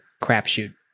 crapshoot